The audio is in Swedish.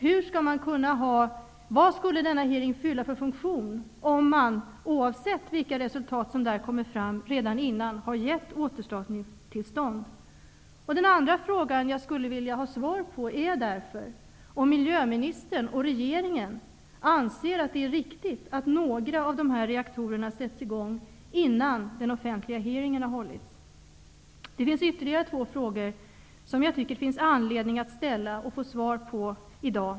Vilken funktion skulle hearingen fylla om man redan innan har gett tillstånd för återstart, oavsett vilket resultat som kommer fram? Den andra fråga jag skulle vilja ha svar på är därför om miljöministern och regeringen anser att det är riktigt att några av dessa reaktorer sätts i gång innan den offentliga hearingen har hållits. Det finns ytterligare två frågor som det finns anledning att ställa och få svar på i dag.